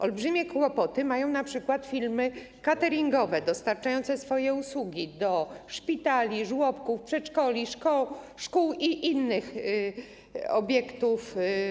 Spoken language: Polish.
Olbrzymie kłopoty mają np. firmy cateringowe dostarczające swoje usługi do szpitali, żłobków, przedszkoli, szkół i innych obiektów.